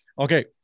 Okay